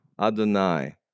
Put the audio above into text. Adonai